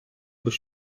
без